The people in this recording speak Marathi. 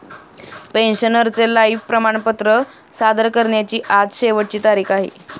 पेन्शनरचे लाइफ प्रमाणपत्र सादर करण्याची आज शेवटची तारीख आहे